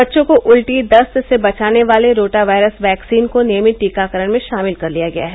बच्चों को उल्टी दस्त डायरिया से बचाने वाले रोटा वायरस वैक्सीन को नियमित टीकाकरण में शामिल कर लिया गया है